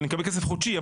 אני מקבל כסף חודשי,